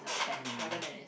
mm